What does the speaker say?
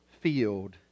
field